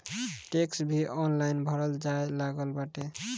tax भी online भरल जाए लागल बाटे